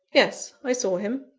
yes i saw him.